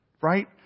right